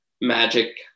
magic